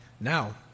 Now